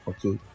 Okay